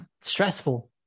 Stressful